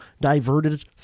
diverted